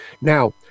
Now